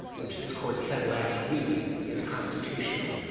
which this court said last week is constitutional.